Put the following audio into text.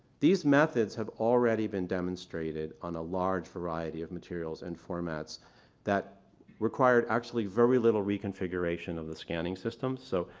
these methods have already been demonstrated on a large variety of materials and formats that required actually very little reconfiguration of the scanning system. so,